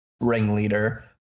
ringleader